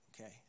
okay